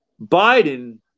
Biden